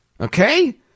Okay